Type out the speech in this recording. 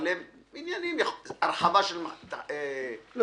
להרחבת חניון.